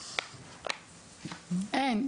אין,